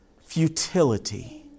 futility